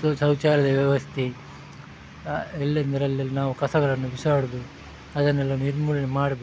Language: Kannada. ಸೌಚ್ ಶೌಚಾಲಯ ವ್ಯವಸ್ಥೆ ಎಲ್ಲೆಂದರಲ್ಲೆಲ್ಲ ನಾವು ಕಸಗಳನ್ನು ಬಿಸಾಡೋದು ಅದನ್ನೆಲ್ಲ ನಿರ್ಮೂಲನೆ ಮಾಡಬೇಕು